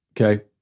okay